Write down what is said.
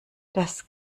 das